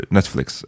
Netflix